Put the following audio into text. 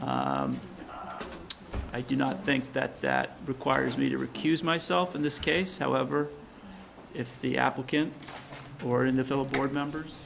l i do not think that that requires me to recuse myself in this case however if the applicant board in the phil board members